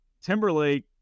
Timberlake